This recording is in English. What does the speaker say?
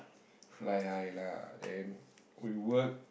fly high lah then we work